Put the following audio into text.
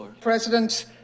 President